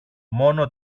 μόνο